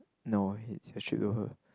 no it's a trip will hurt